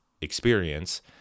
experience